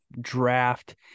draft